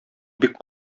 бик